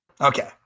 okay